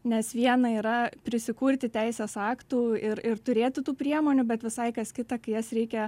nes viena yra prisikurti teisės aktų ir ir turėti tų priemonių bet visai kas kita kai jas reikia